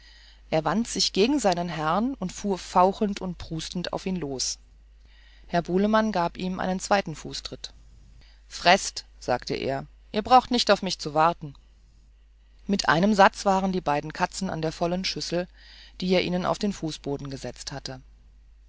er wandte sich gegen seinen herrn und fuhr fauchend und prustend auf ihn los herr bulemann gab ihm einen zweiten fußtritt freßt sagte er ihr braucht nicht auf mich zu warten mit einem satz waren die beiden katzen an der vollen schüssel die er ihnen auf den fußboden gesetzt hatte